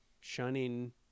shunning